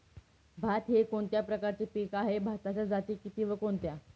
भात हे कोणत्या प्रकारचे पीक आहे? भाताच्या जाती किती व कोणत्या?